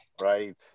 Right